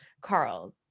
Carl